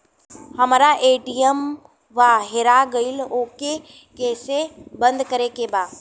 हमरा ए.टी.एम वा हेरा गइल ओ के के कैसे बंद करे के बा?